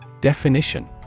Definition